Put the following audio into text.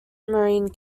marine